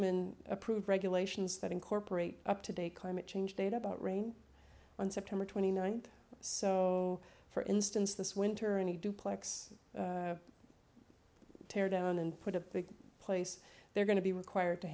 men approved regulations that incorporate up today climate change date about rain on september twenty ninth so for instance this winter any duplex tear down and put a big place they're going to be required to